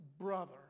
brother